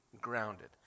grounded